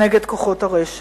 נגד כוחות הרשע.